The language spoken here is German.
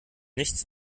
nichts